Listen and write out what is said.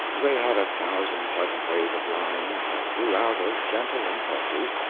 they had a thousand pleasant ways of lying, that grew out of gentle impulses,